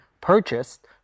purchased